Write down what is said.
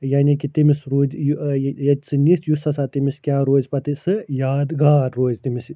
یعنی کہِ تٔمِس روٗد یہِ ٲں یہِ ییٚتہِ سُہ نِتھ یُس ہَسا تٔمِس کیٛاہ روزِ پَتہٕ سُہ یادگار روزِ تٔمِس یہِ